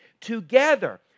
together